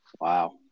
Wow